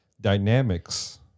Dynamics